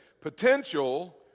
Potential